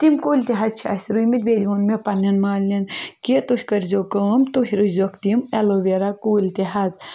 تِم کُلۍ تہِ حظ چھِ اَسہِ رُیہِ مٕتۍ بیٚیہِ ووٚن مےٚ پَنٛنٮ۪ن مالٮ۪ن کہِ تُہۍ کٔرزیو کٲم تُہۍ روزیوکھ تِم اٮ۪لوویرا کُلۍ تہِ حظ